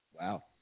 Wow